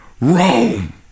Rome